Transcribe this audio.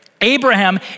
Abraham